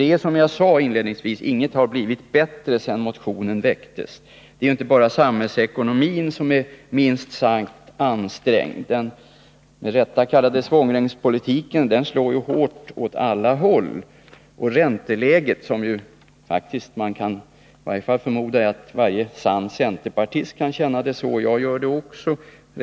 Det är, som jag sade inledningsvis, så att ingenting har blivit bättre sedan motionen väcktes. Det är inte bara samhällsekonomin som är minst sagt ansträngd, utan svångremspolitiken — som kallas så med rätta — slår ju hårt åt alla håll. Och ränteläget är smått astronomiskt till sin höjd i dag — jag förmodar att i varje fall varje sann centerpartist kan känna det så, och jag gör det också.